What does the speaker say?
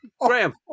Graham